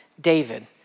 David